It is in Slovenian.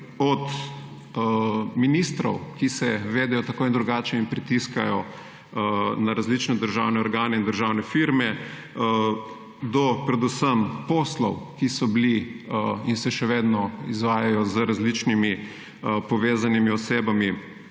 od ministrov, ki se vedejo tako in drugače in pritiskajo na različne državne organe in državne firme, do predvsem poslov, ki so bili in se še vedno izvajajo z različnimi povezanimi osebami.